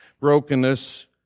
Brokenness